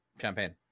champagne